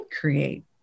create